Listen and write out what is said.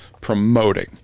promoting